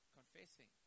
confessing